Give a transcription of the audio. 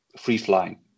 free-flying